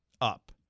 up